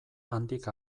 handik